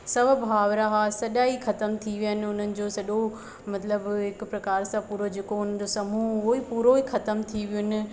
सौ भाउर हुआ सॼाई ख़तमु थी विया इन उन्हनि जो सॼो मतिलबु हिकु प्रकार सां पूरा जेको उनजो समूह हूअ ई पूरो ई ख़तमु थी वियुनि